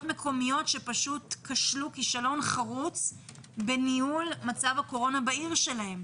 מקומיות שכשלו כישלון חרוץ בניהול מצב הקורונה בעיר שלהן.